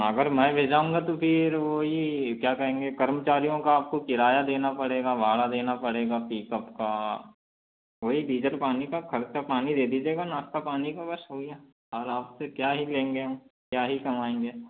अगर मैं भी जाऊंगा तो भी फिर वही क्या कहेंगे कर्मचारियों का आपको किराया देना पड़ेगा भाड़ा देना पड़ेगा पिकअप का वही डीजल पानी का खर्चा पानी दीजिएगा नाश्ता पानी का बस हो गया और आपसे क्या ही लेंगे हम क्या ही कमाएंगे